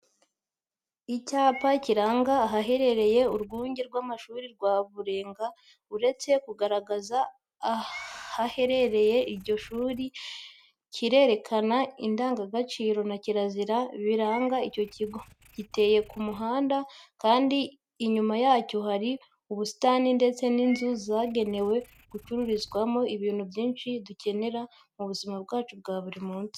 Icyapa kiranga ahaherereye urwunge rw'amashuri rwa Burega, uretse kugaragaza ahaherereye iryo shuri kandi kirerekana indangagaciro na kirazira biranga icyo kigo. Giteye ku muhanda kandi inyuma yacyo hari ubusitani ndetse n'inzu zagenewe gucururizwamo ibintu byinshi dukenera mu buzima bwacu bwa buri munsi